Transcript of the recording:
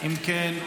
אם כן,